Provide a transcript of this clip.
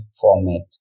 format